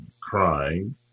crying